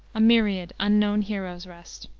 a myriad unknown heroes rest.